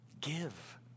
Give